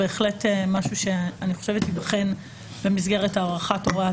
בהחלט זה משהו שייבחן במסגרת הארכת הוראת